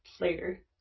later